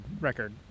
record